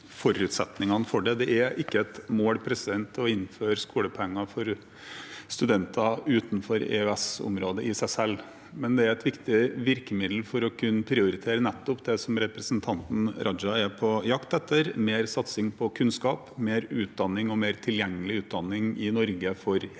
Det er ikke et mål å innføre skolepenger for studenter utenfor EØS-området i seg selv, men det er et viktig virkemiddel for å kunne prioritere nettopp det som representanten Raja er på jakt etter, mer satsing på kunnskap, mer utdanning og mer tilgjengelig utdanning i Norge for hele